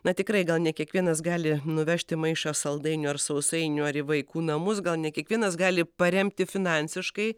na tikrai gal ne kiekvienas gali nuvežti maišą saldainių ar sausainių ar į vaikų namus gal ne kiekvienas gali paremti finansiškai